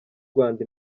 rwanda